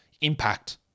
impact